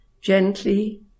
gently